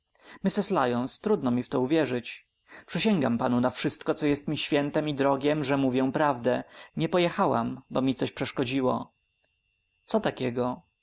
lyons trudno mi w to uwierzyć przysięgam panu na wszystko co mi jest świętem i drogiem że mówię prawdę nie pojechałam bo mi coś przeszkodziło co takiego